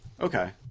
Okay